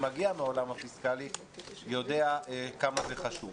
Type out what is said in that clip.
שמגיע מהעולם הפיסקלי, יודע כמה זה חשוב.